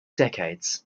decades